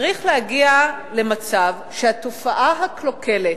צריך להגיע למצב שהתופעה הקלוקלת,